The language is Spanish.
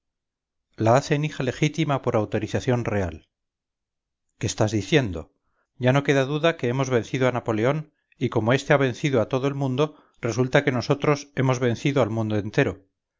cómo atacaban la hacen hija legítima por autorización real qué estás diciendo ya no queda duda que hemos vencido a napoleón y como este ha vencido a todo el mundo resulta que nosotros hemos vencido al mundo entero